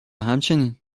همچنین